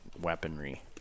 weaponry